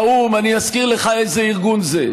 האו"ם, אזכיר לך איזה ארגון זה.